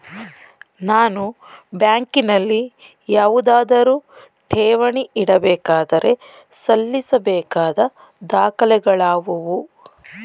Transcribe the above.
ನಾನು ಬ್ಯಾಂಕಿನಲ್ಲಿ ಯಾವುದಾದರು ಠೇವಣಿ ಇಡಬೇಕಾದರೆ ಸಲ್ಲಿಸಬೇಕಾದ ದಾಖಲೆಗಳಾವವು?